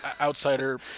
outsider